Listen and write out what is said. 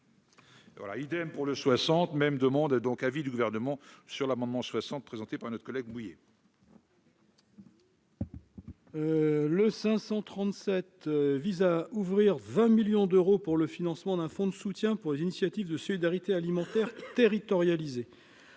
Voilà, idem pour le soixante même de monde donc avis du Gouvernement sur l'amendement 60 présentée par notre collègue. Le 537 vise à ouvrir 20 millions d'euros pour le financement d'un fonds de soutien pour les initiatives de solidarité alimentaire territorialisée,